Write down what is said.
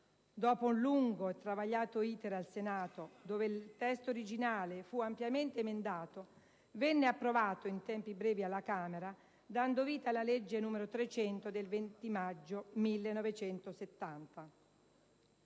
Dopo un lungo e travagliato *iter* al Senato, dove il testo originale fu ampiamente emendato, venne approvato in tempi brevi alla Camera, dando vita alla legge 20 maggio 1970,